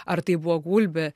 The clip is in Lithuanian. ar tai buvo gulbė